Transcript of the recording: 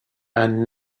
and